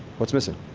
what's missing?